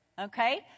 okay